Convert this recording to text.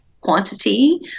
quantity